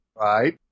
Right